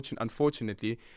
unfortunately